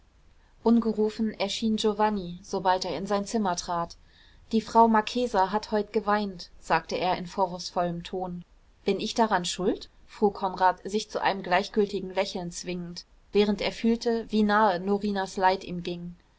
ungerufen erschien giovanni sobald er in sein zimmer trat die frau marchesa hat heute geweint sagte er in vorwurfsvollem ton bin ich daran schuld frug konrad sich zu einem gleichgültigen lächeln zwingend während er fühlte wie nahe norinas leid ihm ging